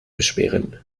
beschweren